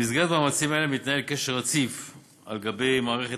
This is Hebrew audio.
במסגרת המאמצים האלה מתנהל קשר רציף על-גבי מערכת